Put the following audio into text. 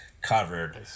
covered